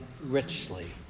richly